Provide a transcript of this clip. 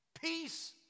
Peace